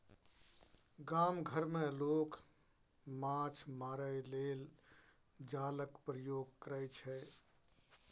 गाम घर मे लोक माछ मारय लेल जालक प्रयोग करय छै